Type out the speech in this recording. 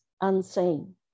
unseen